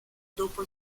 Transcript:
dopo